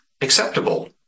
acceptable